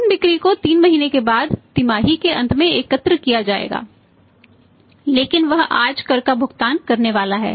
उन बिक्री को 3 महीने के बाद तिमाही के अंत में एकत्र किया जाएगा लेकिन वह आज कर का भुगतान करने वाला है